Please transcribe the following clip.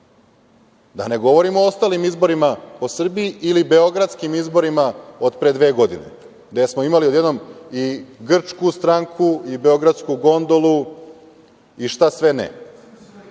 Da ne govorim o ostalim izborima po Srbiji ili beogradskim izborima od pre dve godine, gde smo imali odjednom i grčku stranku i beogradsku gondolu i šta sve ne.